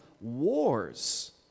wars